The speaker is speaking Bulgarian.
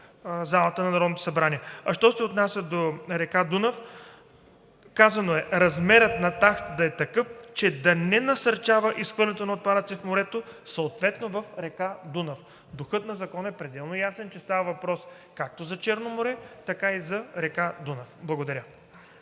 залата на Народното събрание. А що се отнася до река Дунав, казано е: размерът на таксата да е такъв, че да не насърчава изхвърлянето на отпадъци в морето, съответно в река Дунав. Духът на Закона е пределно ясен, че става въпрос както за Черно море, така и за река Дунав. Благодаря.